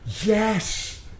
yes